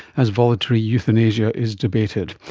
as voluntary euthanasia is debated.